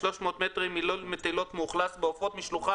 בקצרה: